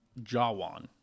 Jawan